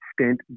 spent